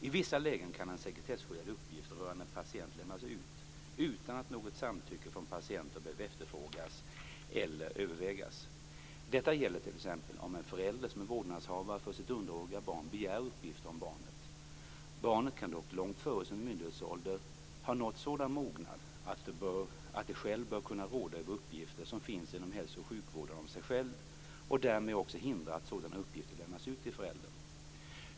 I vissa lägen kan en sekretesskyddad uppgift rörande en patient lämnas ut utan att något samtycke från patienten behöver efterfrågas eller övervägas. Detta gäller t.ex. om en förälder som är vårdnadshavare för sitt underåriga barn begär uppgifter om barnet. Barnet kan dock långt före sin myndighetsålder ha nått sådan mognad att det självt bör kunna råda över uppgifter som finns i hälso och sjukvården om sig själv och därmed också hindra att sådana uppgifter lämnas ut till föräldern.